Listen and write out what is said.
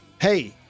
hey